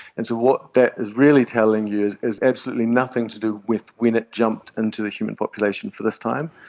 and so what that is really telling you is is absolutely nothing to do with when it jumped into the human population for this time.